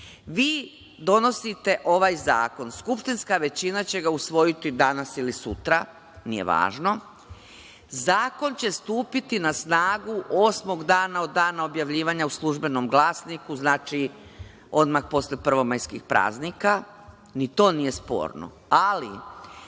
vi donosite ovaj zakon, skupštinska većina će ga usvojiti danas ili sutra, nije važno, zakon će stupiti na snagu osmog dana od dana objavljivanja u „Službenom glasniku“, znači, odmah posle prvomajskih praznika, ni to nije sporno.